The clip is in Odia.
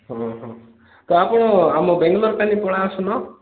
ହଁ ହଁ ତ ଆପଣ ଆମ ବାଙ୍ଗଲୋର୍ କାଇଁ ପଳେଇ ଆସୁନ